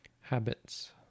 habits